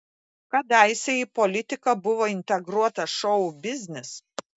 kadaise į politiką buvo integruotas šou biznis